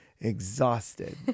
exhausted